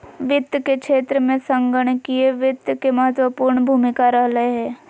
वित्त के क्षेत्र में संगणकीय वित्त के महत्वपूर्ण भूमिका रहलय हें